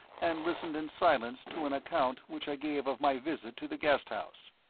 and listened in silence to an account which i gave of my visit to the guest house.